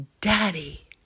Daddy